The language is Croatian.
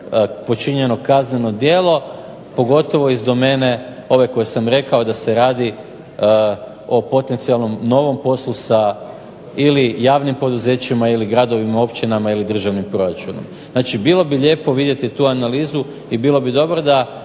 počinjeno kazneno djelo, pogotovo iz domene ove koje sam rekao da se radi o potencijalnom novom poslu sa ili javnim poduzećima ili gradovima, općinama ili državnim proračunom. Znači bilo bi lijepo vidjeti tu analizu i bilo bi dobro da